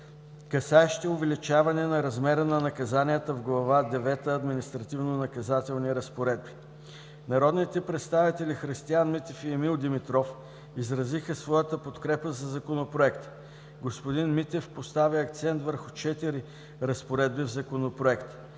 касаещи увеличаване на размера на наказанията в Глава девета „Административнонаказателни разпоредби”. Народните представители Христиан Митев и Емил Димитров изразиха своята подкрепа за Законопроекта. Господин Митев постави акцент върху четири разпоредби в Законопроекта: